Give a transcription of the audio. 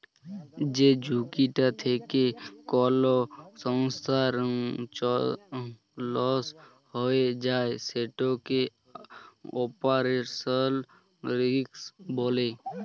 যে ঝুঁকিটা থ্যাকে কল সংস্থার লস হঁয়ে যায় সেটকে অপারেশলাল রিস্ক ব্যলে